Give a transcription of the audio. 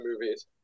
movies